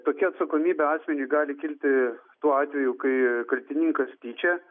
tokia atsakomybė asmeniui gali kilti tuo atveju kai kaltininkas tyčia